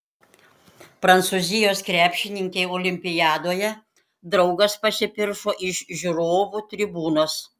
prancūzijos krepšininkei olimpiadoje draugas pasipiršo iš žiūrovų tribūnos